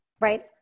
right